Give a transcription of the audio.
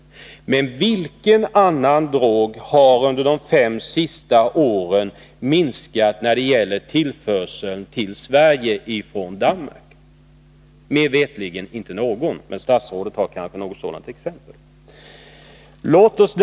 Beträffande vilken annan drog har tillförseln till Sverige från Danmark minskat under de senaste fem åren? Mig veterligt har det inte skett beträffande någon drog, men statsrådet har kanske något sådant exempel att anföra.